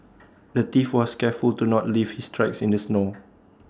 the thief was careful to not leave his tracks in the snow